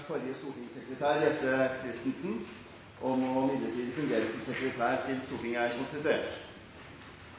forrige stortings sekretær, Jette F. Christensen, om midlertidig å fungere som sekretær, til Stortinget